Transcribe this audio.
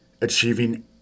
achieving